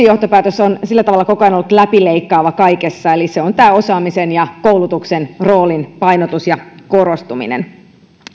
johtopäätös on sillä tavalla koko ajan ollut läpileikkaava kaikessa eli se on tämä osaamisen ja koulutuksen roolin painotus ja korostuminen